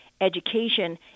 education